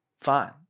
fine